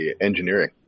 engineering